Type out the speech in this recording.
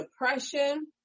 depression